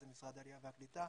זה משרד העלייה והקליטה,